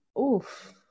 oof